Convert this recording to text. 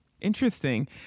Interesting